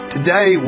Today